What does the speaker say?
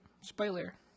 Spoiler